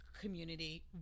community